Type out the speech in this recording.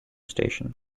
station